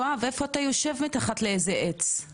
יושב מתחת לאיז עץ?